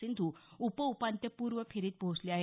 सिंधू उपउपांत्यपूर्व फेरीत पोहोचले आहेत